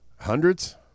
Hundreds